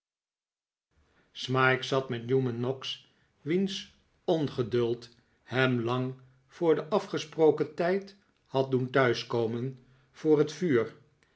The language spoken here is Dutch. smike zat met newman noggs wiens ongeduld hem lang voor den afgesproken tijd had doen thuis komen voor het vuur